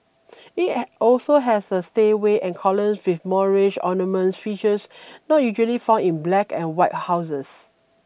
it also has a stairway and columns with Moorish ornamental features not usually found in black and white houses